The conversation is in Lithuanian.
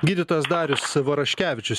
gydytojas darius varaškevičius